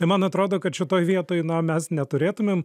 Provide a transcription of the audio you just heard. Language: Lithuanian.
ir man atrodo kad šitoj vietoj na mes neturėtumėm